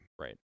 Right